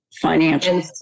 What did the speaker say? Financial